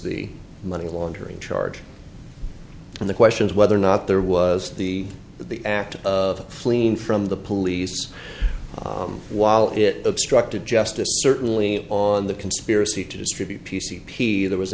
the money laundering charge in the questions whether or not there was the the act of fleeing from the police while it obstructed justice certainly on the conspiracy to distribute p c p there was